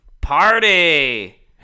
party